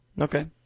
Okay